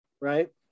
right